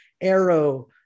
arrow